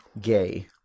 gay